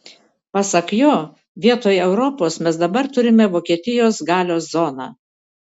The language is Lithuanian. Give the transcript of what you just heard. pasak jo vietoj europos mes dabar turime vokietijos galios zoną